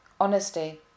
honesty